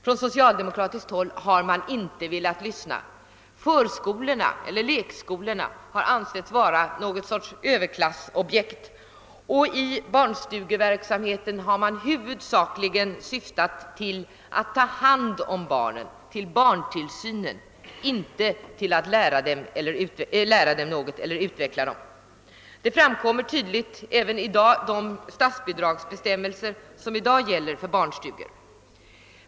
Från socialdemokratiskt håll har man inte velat lyssna — förskolorna eller lekskolorna har ansetts vara ett överklassobjekt, och i barnstugeverksamheten har man huvudsakligen syftat till att ta hand om barnen, inte till att lära dem något eller utveckla dem. Det framgår tydligt av de statsbidragsbestämmelser som i dag gäller för barnstugor.